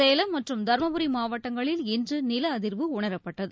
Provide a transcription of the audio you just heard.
சேலம் மற்றும் தர்மபுரி மாவட்டங்களில் இன்றுநிலஅதிர்வு உணரப்பட்டது